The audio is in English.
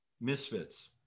Misfits